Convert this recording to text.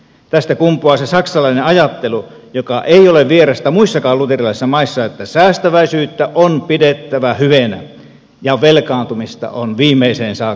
tästä kumpuaa se saksalainen ajattelu joka ei ole vierasta muissakaan luterilaisissa maissa että säästäväisyyttä on pidettävä hyveenä ja velkaantumista on viimeiseen saakka kartettava